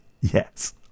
Yes